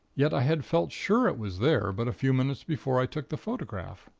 yet, i had felt sure it was there but a few minutes before i took the photograph.